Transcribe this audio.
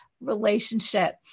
relationship